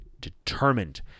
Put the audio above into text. determined